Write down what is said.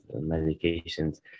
medications